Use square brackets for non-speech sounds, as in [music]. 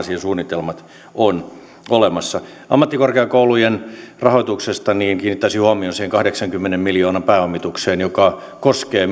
[unintelligible] siihen suunnitelmat ovat olemassa ammattikorkeakoulujen rahoituksessa kiinnittäisin huomion siihen kahdeksankymmenen miljoonan pääomitukseen joka koskee [unintelligible]